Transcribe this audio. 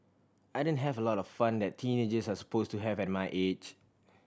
I didn't have a lot of fun that teenagers are suppose to have at my age